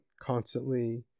constantly